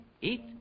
eat